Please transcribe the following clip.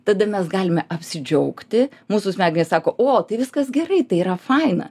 tada mes galime apsidžiaugti mūsų smegenys sako o tai viskas gerai tai yra faina